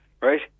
right